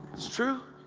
it's true!